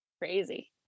Crazy